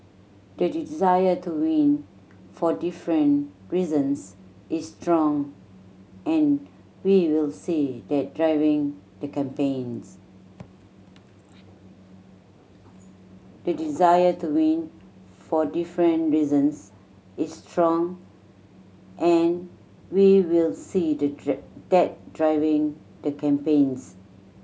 the desire to win for different reasons is strong and we will see that driving the campaigns the desire to win for different reasons is strong and we will see the driving that driving the campaigns